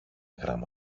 γράμμα